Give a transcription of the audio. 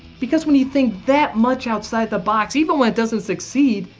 because when you think that much outside the box, even when it doesn't succeed,